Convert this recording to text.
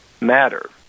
matter